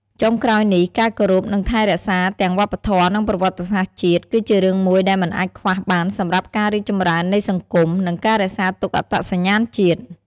ចុងក្រោយនេះ ការគោរព និងថែរក្សាទាំងវប្បធម៌ និងប្រវត្តិសាស្ត្រជាតិ គឺជារឿងមួយដែលមិនអាចខ្វះបានសម្រាប់ការរីកចម្រើននៃសង្គម និងការរក្សាទុកអត្តសញ្ញាណជាតិ។